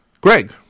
Greg